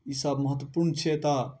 ई सब महत्वपूर्ण छै एतौ